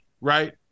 right